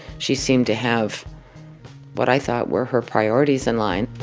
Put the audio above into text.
she seemed to have what i thought were her priorities in line